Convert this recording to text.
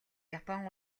япон